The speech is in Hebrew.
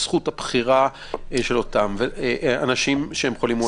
זכות הבחירה של אותם אנשים חולים מאומתים.